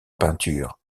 peintures